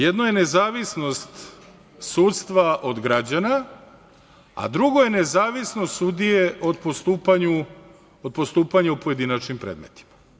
Jedno je nezavisnost sudstva od građana, a drugo je nezavisnost sudije od postupanja u pojedinačnim predmetima.